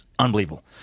Unbelievable